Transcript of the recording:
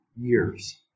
years